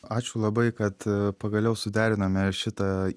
ačiū labai kad pagaliau suderinome šitą